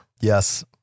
Yes